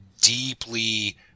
deeply